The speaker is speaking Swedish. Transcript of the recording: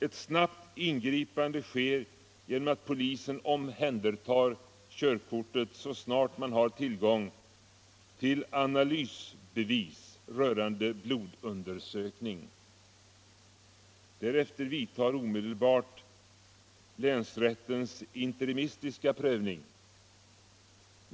Ett snabbt ingripande sker genom att polisen omhändertar körkortet så snart man har tillgång till analysbevis rörande blodundersökning. Därefter vidtar omedelbart länsrättens interimistiska prövning.